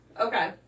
okay